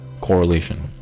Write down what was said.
correlation